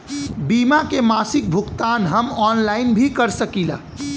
बीमा के मासिक भुगतान हम ऑनलाइन भी कर सकीला?